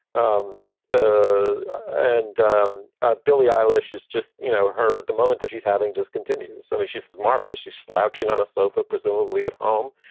um ah and um ah billy eilish is just, you know, her. the moment that she's having just continues. i mean, she's marvelous. she's slouching on a sofa, presumably at home.